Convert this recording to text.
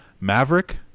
Maverick